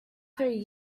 three